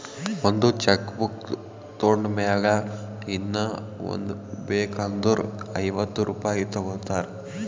ಒಂದ್ cheque book ತೊಂಡ್ ಮ್ಯಾಲ ಇನ್ನಾ ಒಂದ್ ಬೇಕ್ ಅಂದುರ್ ಐವತ್ತ ರುಪಾಯಿ ತಗೋತಾರ್